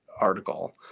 article